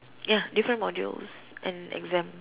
ya different modules and exam